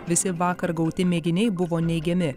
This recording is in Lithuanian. visi vakar gauti mėginiai buvo neigiami